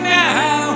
now